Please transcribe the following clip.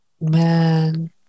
Man